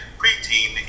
preteen